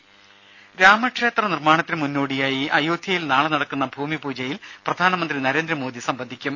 രേര രാമക്ഷേത്ര നിർമ്മാണത്തിന് മുന്നോടിയായി അയോധ്യയിൽ നാളെ നടക്കുന്ന ഭൂമി പൂജയിൽ പ്രധാനമന്ത്രി നരേന്ദ്രമോദി സംബന്ധിക്കും